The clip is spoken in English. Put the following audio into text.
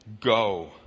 go